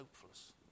hopeless